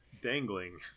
dangling